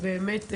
זה באמת השקעה.